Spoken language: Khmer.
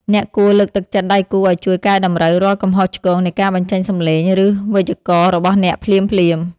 អ្នកគួរលើកទឹកចិត្តដៃគូឱ្យជួយកែតម្រូវរាល់កំហុសឆ្គងនៃការបញ្ចេញសម្លេង ឬវេយ្យាករណ៍របស់អ្នកភ្លាមៗ។